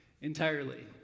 entirely